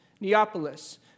Neapolis